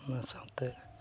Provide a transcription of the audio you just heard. ᱚᱱᱟ ᱥᱟᱶᱛᱮ